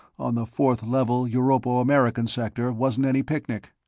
on the fourth level europo-american sector, wasn't any picnic.